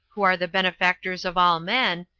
who are the benefactors of all men,